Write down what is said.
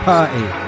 Party